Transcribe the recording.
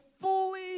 fully